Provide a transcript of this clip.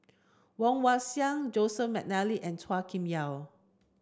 Woon Wah Siang Joseph Mcnally and Chua Kim Yeow